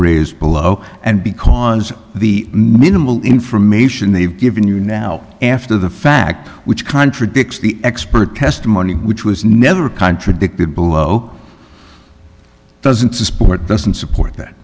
raised below and because the minimal information they've given you now after the fact which contradicts the expert testimony which was never contradicted below doesn't support doesn't support that